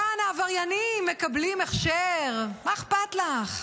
כאן העבריינים מקבלים הכשר, מה אכפת לך?